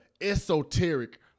esoteric